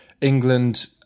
England